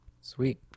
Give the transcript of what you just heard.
Sweet